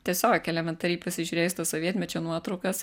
tiesiog elementariai pasižiūrėjus sovietmečio nuotraukas